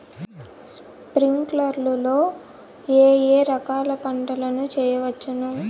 స్ప్రింక్లర్లు లో ఏ ఏ రకాల పంటల ను చేయవచ్చును?